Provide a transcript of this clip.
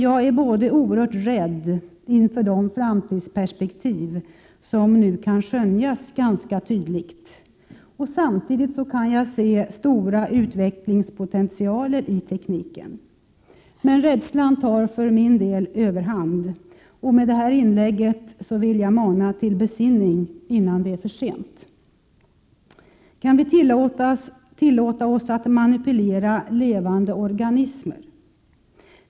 Jag är oerhört rädd inför de framtidsperspektiv som nu kan skönjas ganska tydligt, och samtidigt kan jag se stora utvecklingspotentialer i tekniken. Men rädslan tar för min del överhand, och med detta inlägg vill jag mana till besinning, innan det är för sent. Kan vi tillåta oss att manipulera levande organismer?